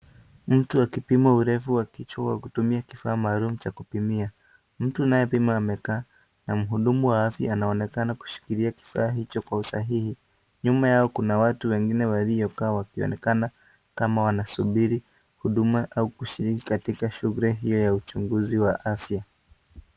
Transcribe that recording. Mtu wa kipima urefu wa kichwa akitumia kifaa maalumu cha kupimia. Mtu anayepima amekaa na mhudumu wa afya anaonekana kushikilia kifaa hicho kwa usahihi. Nyuma yao kuna watu wengine waliokaa wakionekana kama wanasubiri huduma au kushiriki katika shughuli hiyo ya uchunguzi wa afya.